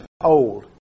old